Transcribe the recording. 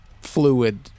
fluid